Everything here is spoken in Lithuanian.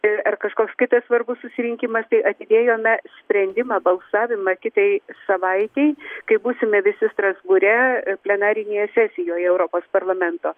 ar kažkoks kitas svarbus susirinkimas tai atidėjome sprendimą balsavimą kitai savaitei kai būsime visi strasbūre plenarinėje sesijoje europos parlamento